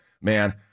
man